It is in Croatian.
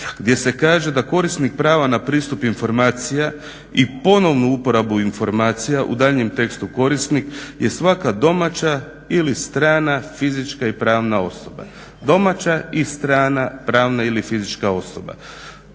gdje se kaže da korisnik prava na pristup informacija i ponovnu uporabu informacija u daljnjem tekstu korisnik je svaka domaća ili strana fizička i pravna osoba. Domaća i strana, pravna ili fizička osoba.